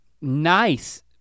nice